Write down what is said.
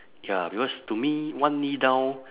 ya because to me one knee down